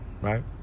Right